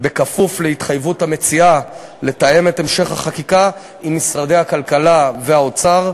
בכפוף להתחייבות המציעה לתאם את המשך החקיקה עם משרדי הכלכלה והאוצר.